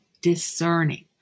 discerning